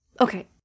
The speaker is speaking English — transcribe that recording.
okay